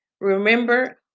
Remember